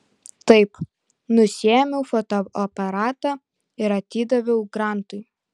taip nusiėmiau fotoaparatą ir atidaviau grantui